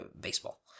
baseball